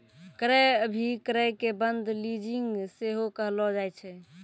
क्रय अभिक्रय के बंद लीजिंग सेहो कहलो जाय छै